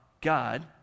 God